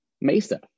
Mesa